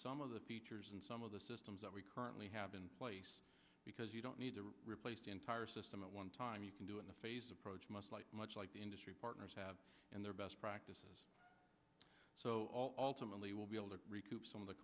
some of the features and some of the systems that we currently have in place because you don't need to replace the entire system at one time you can do in the phase approach must like much like the industry partners have and their best practices alternately will be able to recoup some of the